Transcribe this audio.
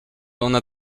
ona